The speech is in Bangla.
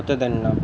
হতে দেন না